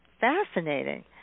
fascinating